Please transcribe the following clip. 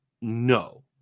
no